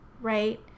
right